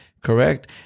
correct